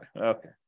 Okay